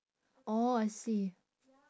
orh I see